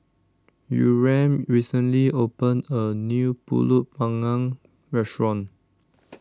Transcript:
Yurem recently opened a new Pulut Panggang restaurant